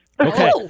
Okay